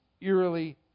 eerily